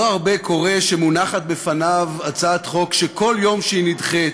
לא הרבה קורה שמונחת בפניו הצעת חוק שכל יום שהיא נדחית